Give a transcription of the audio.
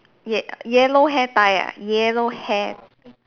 yel~ yellow hair tie ah yellow hair